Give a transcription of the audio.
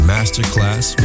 Masterclass